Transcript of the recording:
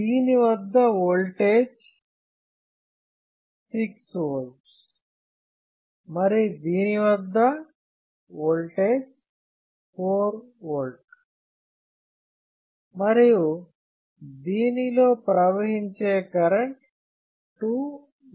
దీని వద్ద3 KΩ voltage 6V మరి దీని2 KΩ వద్ద ఓల్టేజ్ 4V మరియు దీనిలో ప్రవహించే కరెంటు 2 mA